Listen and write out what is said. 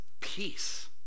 peace